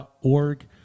org